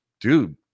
dude